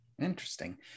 Interesting